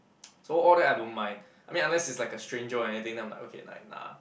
so all that I don't mind I mean unless is like a stranger or anything then I'm like okay like nah